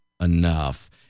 enough